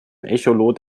echolot